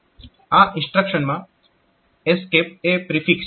આ ઇન્સ્ટ્રક્શનમાં ESC એ પ્રિફિક્સ છે